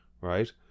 right